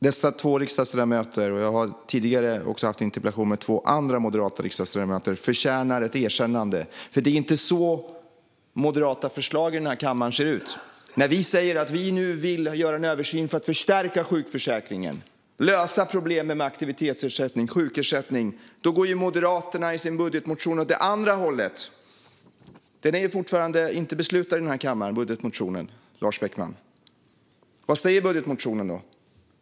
Dessa två riksdagsledamöter - jag har tidigare också haft interpellationsdebatter med två andra moderata riksdagsledamöter - förtjänar ett erkännande. Det är nämligen inte så moderata förslag i denna kammare ser ut. När vi säger att vi nu vill göra en översyn för att förstärka sjukförsäkringen och lösa problemen med aktivitetsersättning och sjukersättning går Moderaterna i sin budgetmotion åt andra hållet. Den är fortfarande inte beslutad i den här kammaren, Lars Beckman. Vad säger då budgetmotionen?